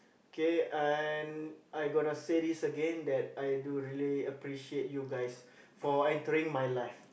K and I gonna say this again that I do really appreciate you guys for entering my life